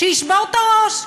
שישבור אתה ראש,